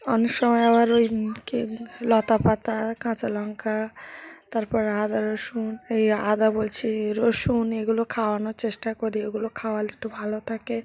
অনেক সময় আবার ওই কী লতা পাতা কাঁচা লঙ্কা তারপর আদা রসুন এই আদা বলছি রসুন এগুলো খাওয়ানোর চেষ্টা করি এগুলো খাওয়ালে একটু ভালো থাকে